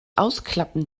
ausklappen